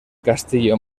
castillo